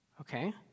Okay